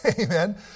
Amen